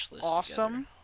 awesome